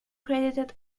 credited